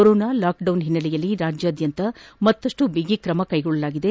corona lockdown ಹಿನ್ನೆಲೆಯಲ್ಲಿ ರಾಜ್ಯಾದ್ವಂತ ಮತ್ತಷ್ಟು ಬಿಗಿ ಕ್ರಮ ಕೈಗೊಳ್ಳಲಾಗಿದೆ